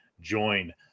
join